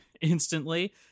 instantly